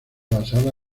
basada